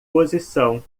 posição